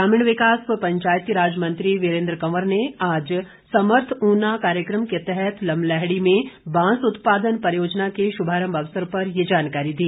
ग्रामीण विकास व पंचायतीराज मंत्री वीरेन्द्र कंवर ने आज समर्थ ऊना कार्यक्रम के तहत लमलैहड़ी में बांस उत्पादन परियोजना के शुभारंभ अवसर पर ये जानकारी दी